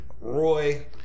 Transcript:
Roy